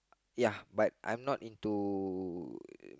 ya but I am not into